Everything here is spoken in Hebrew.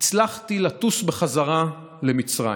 הצלחתי לטוס בחזרה למצרים.